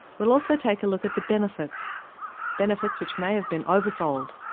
we'll also take a look at the benefits benefits which may have been oversold.